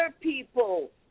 people